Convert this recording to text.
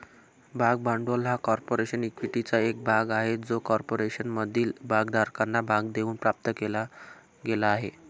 भाग भांडवल हा कॉर्पोरेशन इक्विटीचा एक भाग आहे जो कॉर्पोरेशनमधील भागधारकांना भाग देऊन प्राप्त केला गेला आहे